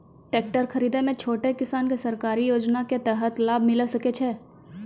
Tractor खरीदै मे छोटो किसान के सरकारी योजना के तहत लाभ मिलै सकै छै?